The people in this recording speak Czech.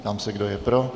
Ptám se, kdo je pro.